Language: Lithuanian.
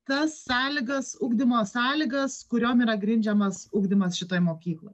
tas sąlygas ugdymo sąlygas kuriom yra grindžiamas ugdymas šitoj mokykloj